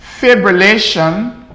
fibrillation